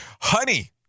honey